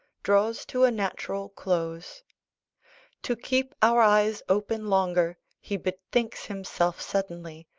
draws to a natural close to keep our eyes open longer, he bethinks himself suddenly,